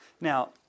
Now